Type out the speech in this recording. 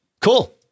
cool